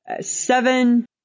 seven